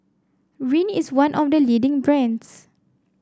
rene is one of the leading brands